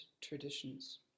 traditions